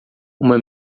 uma